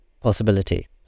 possibility